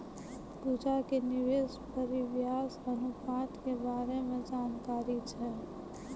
पूजा के निवेश परिव्यास अनुपात के बारे मे जानकारी छै